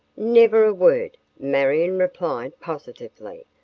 never a word, marion replied, positively.